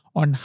on